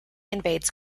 invades